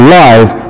life